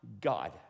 God